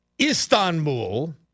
Istanbul